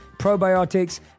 probiotics